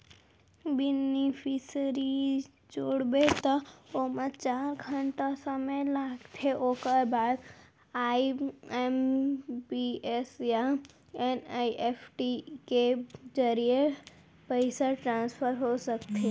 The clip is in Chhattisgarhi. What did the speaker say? बेनिफिसियरी जोड़बे त ओमा चार घंटा समे लागथे ओकर बाद आइ.एम.पी.एस या एन.इ.एफ.टी के जरिए पइसा ट्रांसफर हो सकथे